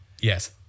yes